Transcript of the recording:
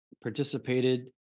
participated